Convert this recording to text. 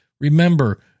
Remember